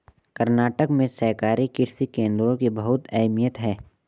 कर्नाटक में सहकारी कृषि केंद्रों की बहुत अहमियत है